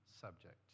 subject